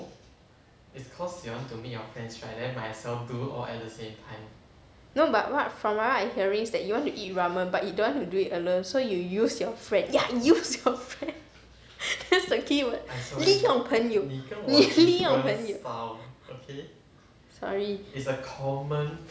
no but what from I'm hearing is that you want to eat ramen but you don't want to do it alone so you use your friend ya use your friend that's the keyword 利用朋友 you 利用朋友 sorry